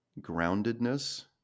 groundedness